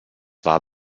war